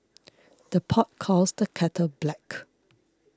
the pot calls the kettle black